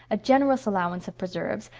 a generous allowance of preserves,